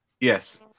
Yes